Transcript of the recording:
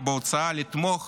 לתמוך בהצעה, לתמוך